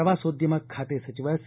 ಪ್ರವಾಸೋದ್ಯಮ ಖಾತೆ ಸಚಿವ ಸಿ